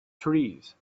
trees